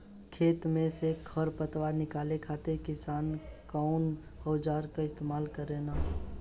खेत में से खर पतवार निकाले खातिर किसान कउना औजार क इस्तेमाल करे न?